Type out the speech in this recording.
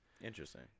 Interesting